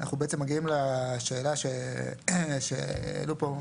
אנחנו בעצם מגיעים לשאלה שהעלו פה